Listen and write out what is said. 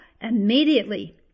Immediately